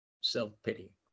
self-pity